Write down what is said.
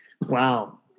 Wow